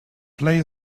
play